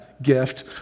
gift